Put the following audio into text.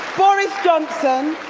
boris johnson,